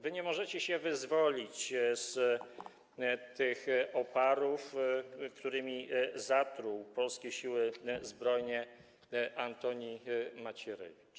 Wy nie możecie się wyzwolić z tych oparów, którymi zatruł polskie Siły Zbrojne Antoni Macierewicz.